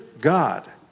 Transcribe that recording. God